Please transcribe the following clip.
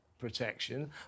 Protection